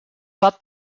got